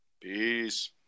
Peace